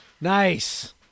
Nice